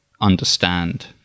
understand